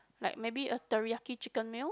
like maybe a teriyaki chicken meal